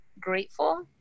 grateful